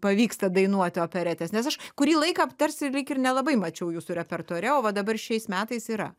pavyksta dainuoti operetės nes aš kurį laiką tarsi lyg ir nelabai mačiau jūsų repertuare o va dabar šiais metais yra